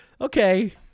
Okay